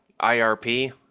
IRP